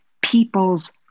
people's